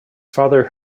father